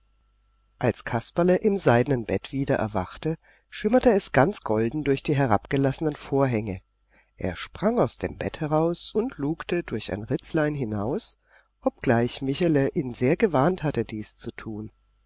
als kasperle im seidenen bett wieder erwachte schimmerte es ganz golden durch die herabgelassenen vorhänge er sprang aus dem bett heraus und lugte durch ein ritzlein hinaus obgleich michele ihn sehr gewarnt hatte dies zu tun